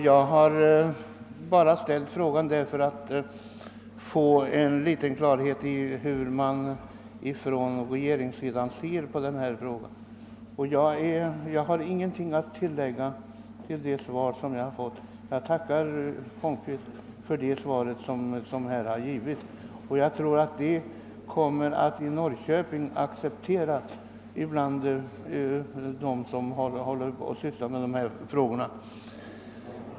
Jag har framställt min fråga för att få klarhet i hur man i regeringen ser på dessa problem. Jag har inget att tillägga till det svar jag fått. Jag tackar statsrådet Holmqvist för det. Jag tror att det i Norrköping kommer att accepteras bland dem som arbetat med dessa frågor.